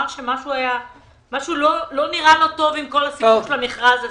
שמשהו לא נראה לו טוב עם כל הסיפור של המכרז הזה.